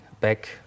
back